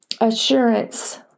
assurance